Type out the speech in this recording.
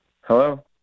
Hello